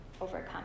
overcome